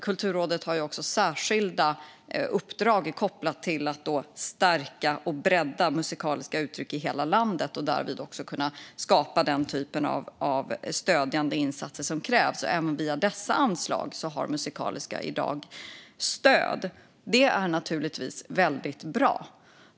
Kulturrådet har också särskilda uppdrag kopplat till att stärka och bredda musikaliska uttryck i hela landet och därmed skapa den typ av stödjande insatser som krävs. Även via dessa anslag har Musikaliska i dag stöd. Det är naturligtvis väldigt bra.